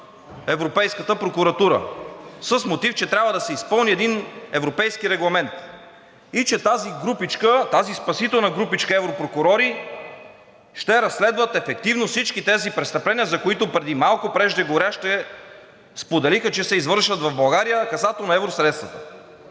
Европейската прокуратура с мотив, че трябва да се изпълни един европейски регламент и че тази групичка – тази спасителна групичка европрокурори ще разследват ефективно всички тези престъпления, за които преди малко преждеговорившите споделиха, че се извършват в България касателно евросредства.